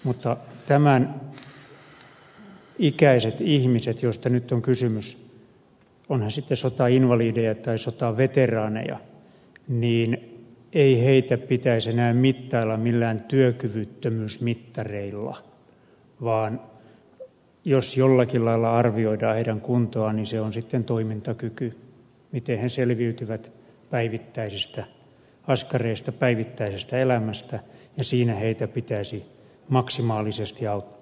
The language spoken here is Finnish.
mutta tämän ikäisiä ihmisiä joista nyt on kysymys ovat he sitten sotainvalideja tai sotaveteraaneja ei pitäisi enää mittailla millään työkyvyttömyysmittareilla vaan jos jollakin lailla arvioidaan heidän kuntoaan se on sitten toimintakyky miten he selviytyvät päivittäisistä askareista päivittäisestä elämästä ja siinä heitä pitäisi maksimaalisesti auttaa